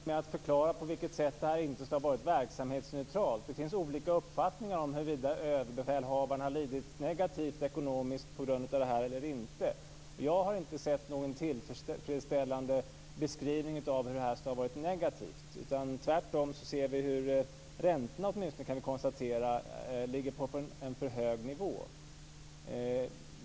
Fru talman! Henrik Landerholm har inte lyckats förklara på vilket sätt det inte skulle ha varit verksamhetsneutralt. Det finns olika uppfattningar om huruvida överbefälhavaren har lidit ekonomiskt på grund av detta eller inte. Jag har inte sett någon tillfredsställande beskrivning av hur det skulle ha varit negativt. Vi kan tvärtom konstatera att räntorna ligger på en för hög nivå.